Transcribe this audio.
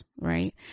right